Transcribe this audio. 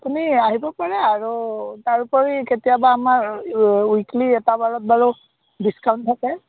আপুনি আহিব পাৰে আৰু তাৰোপৰি কেতিয়াবা আমাৰ ৱিকলি এটা বাৰত বাৰু ডিচকাউণ্ট থাকে